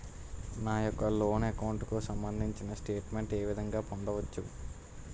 నా యెక్క loan account కు సంబందించిన స్టేట్ మెంట్ ఏ విధంగా పొందవచ్చు?